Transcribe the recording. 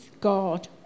God